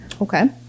Okay